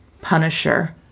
punisher